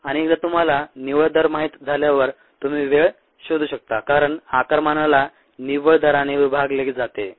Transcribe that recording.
आणि एकदा तुम्हाला निव्वळ दर माहीत झाल्यावर तुम्ही वेळ शोधू शकता कारण आकारमानाला निव्वळ दराने विभागले जाते